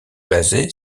basé